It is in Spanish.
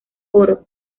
oro